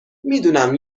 میدونم